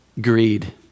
greed